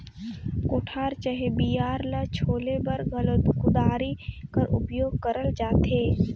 कोठार चहे बियारा ल छोले बर घलो कुदारी कर उपियोग करल जाथे